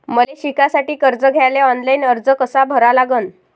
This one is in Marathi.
मले शिकासाठी कर्ज घ्याले ऑनलाईन अर्ज कसा भरा लागन?